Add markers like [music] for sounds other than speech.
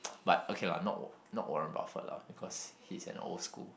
[noise] but okay lah not not Warren-Buffett lah because he is an old school